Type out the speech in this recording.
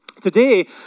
Today